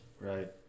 Right